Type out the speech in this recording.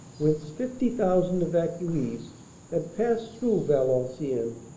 whence fifty thousand evacuees had passed through valenciennes,